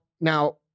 now